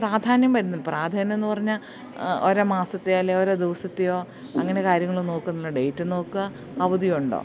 പ്രാധാന്യം വരുന്നു പ്രാധാന്യം എന്ന് പറഞ്ഞാൽ ഓരോ മാസത്തെ അല്ലേ ഓരോ ദിവസത്തെയോ അങ്ങനെ കാര്യങ്ങളോ നോക്കുന്നുള്ള ഡേറ്റ് നോക്കാൻ അവധി ഉണ്ടോ